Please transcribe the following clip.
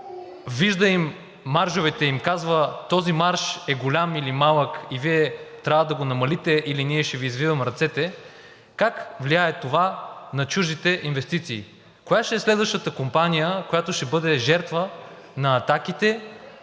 вижда им маржовете и им казва: този марж е голям или малък и Вие трябва да го намалите или ние ще Ви извиваме ръцете, как влияе това на чуждите инвестиции? Коя ще е следващата компания, която ще бъде жертва на